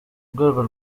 rwego